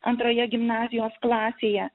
antroje gimnazijos klasėje